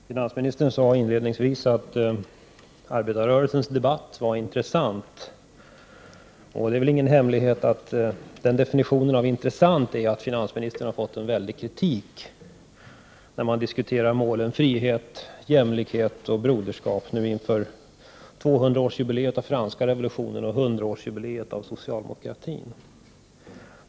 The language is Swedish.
Herr talman! Finansministern sade inledningsvis att arbetarrörelsens debatt var intressant. Det är väl ingen hemlighet att definitionen på intressant i det sammanhanget är att finansministern har fått en väldig kritik när man har diskuterat målen frihet, jämlikhet och broderskap nu inför franska revolutionens 200-årsjubileum och socialdemokratins 100-årsjubileum.